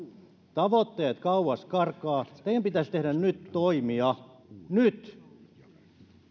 tavoitteet kauas karkaavat teidän pitäisi tehdä nyt toimia nyt